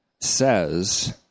says